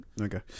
Okay